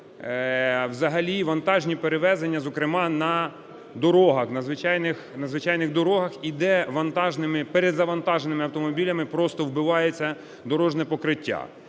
взагалі вантажні перевезення, зокрема, на дорогах, на звичайних дорогах, і де вантажнимиперезавантаженими автомобілями просто вбивається дорожнє покриття.